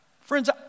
Friends